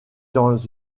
dans